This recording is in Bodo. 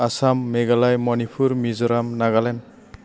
आसाम मेघालय मणिपुर मिज'राम नागालेण्ड